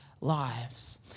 lives